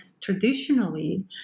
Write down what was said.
traditionally